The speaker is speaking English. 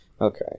Okay